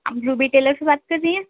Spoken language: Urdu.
آپ زوبی ٹیلرسے بات کر رہی ہیں